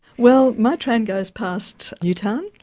well, my train goes past newtown,